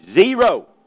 Zero